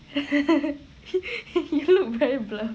you look very blur